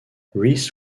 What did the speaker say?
rhys